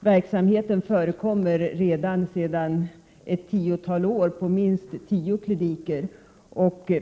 Verksamheten förekommer redan sedan ett tiotal år tillbaka på minst tio kliniker.